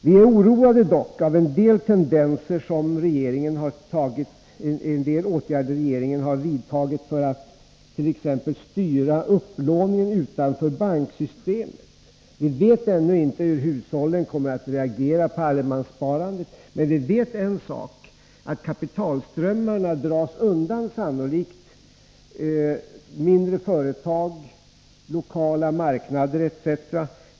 Vi är dock oroade av en del tendenser i de åtgärder regeringen har vidtagit för att t.ex. styra upplåningen utanför banksystemet. Vi vet ännu inte hur hushållen kommer att reagera på allemanssparandet, men vi vet en sak: kapitalströmmarna kommer sannolikt att dras undan från mindre företag, lokala marknader etc.